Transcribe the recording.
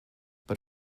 but